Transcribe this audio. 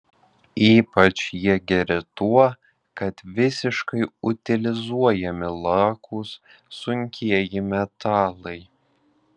ypač jie geri tuo kad visiškai utilizuojami lakūs sunkieji metalai